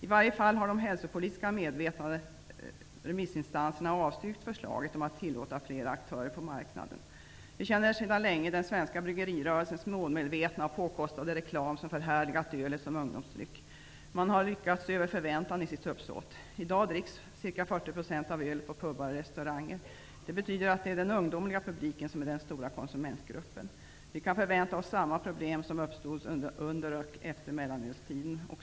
I varje fall har de hälsopolitiskt medvetna remissinstanserna avstyrkt förslaget om att tillåta flera aktörer på marknaden. Vi känner sedan länge den svenska bryggerirörelsens målmedvetna och påkostade reklam som förhärligat ölet som ungdomsdryck. Man har lyckats över förväntan i sitt uppsåt. I dag dricks ca 40 % av ölet på pubar och restauranger. Det betyder att det är den ungdomliga publiken som är den stora konsumentgruppen. Vi kan förvänta oss samma problem som uppstod under och efter mellanölstiden.